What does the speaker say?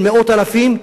של מאות אלפים,